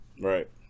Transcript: right